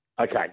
okay